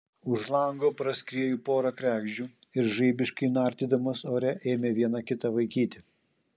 už lango praskriejo pora kregždžių ir žaibiškai nardydamos ore ėmė viena kitą vaikyti